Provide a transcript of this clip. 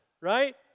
right